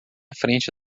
frente